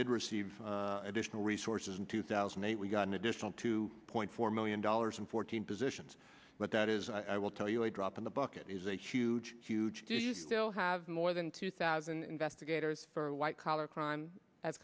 did receive additional resources in two thousand and eight we got an additional two point four million dollars in fourteen positions but that is i will tell you a drop in the bucket is a huge huge do you still have more than two thousand investigators for white collar crime as